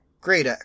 Great